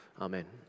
Amen